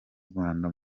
rwanda